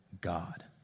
God